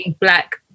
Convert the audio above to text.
black